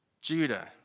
Judah